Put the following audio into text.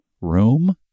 room